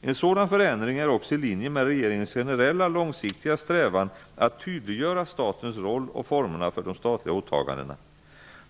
En sådan förändring är också i linje med regeringens generella långsiktiga strävan att tydliggöra statens roll och formerna för de statliga åtagandena.